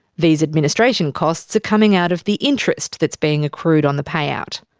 these administration costs are coming out of the interest that's being accrued on the payout.